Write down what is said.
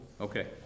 Okay